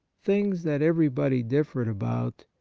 things that everybody differed about,